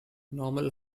normal